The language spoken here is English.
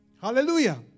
Hallelujah